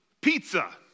Pizza